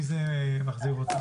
מי זה מחזיר אותה?